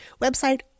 website